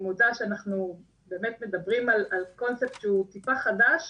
אני מאוד שאנחנו באמת מדברים על קונספט שהוא טיפה חדש